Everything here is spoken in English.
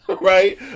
Right